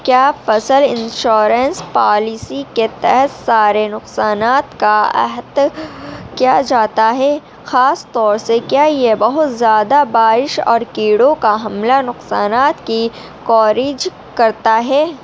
کیا فصل insurance policy کے تحت سارے نقصانات کا احاطہ کیا جاتا ہے خاص طور سے کیا یہ بہت زیادہ بارش اور کیڑوں کا حملہ نقصانات کی کوریج کرتا ہے